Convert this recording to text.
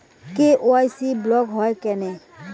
KYC block হয় কেনে?